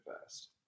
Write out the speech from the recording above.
fast